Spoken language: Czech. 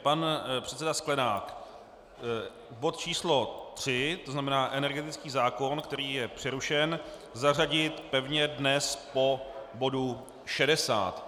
Pan předseda Sklenák bod číslo 3, to znamená energetický zákon, který je přerušen, zařadit pevně dnes po bodu 60.